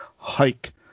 hike